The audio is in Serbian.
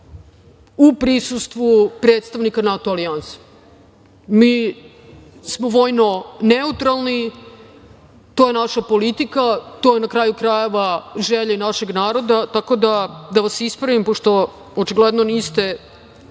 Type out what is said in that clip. u prisustvu predstavnika NATO alijanse. Mi smo vojno neutralni, to je naša politika, to je na kraju krajeva želja i našeg naroda tako da vas ispravim pošto očigledno niste informisani